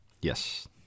yes